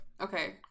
Okay